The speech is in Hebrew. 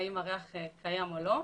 והאם הריח קיים או לא.